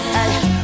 Hey